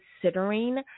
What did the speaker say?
considering